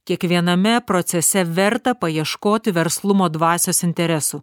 kiekviename procese verta paieškoti verslumo dvasios interesų